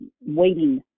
waiting